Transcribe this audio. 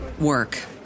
work